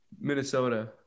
Minnesota